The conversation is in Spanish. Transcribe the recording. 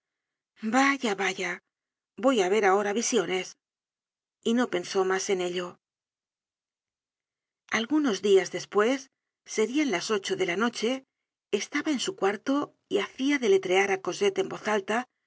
vaya vaya voy á ver ahora visiones y ncensó mas en ello algunos dias despues serian lasjcho de la noche estaba en su cuarto y hacia deletrear á cosette en voz alta